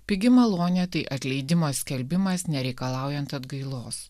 pigi malonė tai atleidimo skelbimas nereikalaujant atgailos